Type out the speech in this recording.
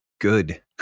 Good